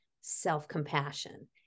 self-compassion